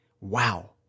wow